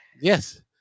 Yes